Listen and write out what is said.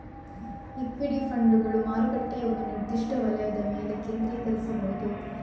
equity ಫಂಡುಗಳು ಮಾರುಕಟ್ಟೆಯ ಒಂದು ನಿರ್ದಿಷ್ಟ ವಲಯದ ಮೇಲೆ ಕೇಂದ್ರೀಕರಿಸಬಹುದು